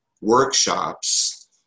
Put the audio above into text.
workshops